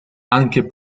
anche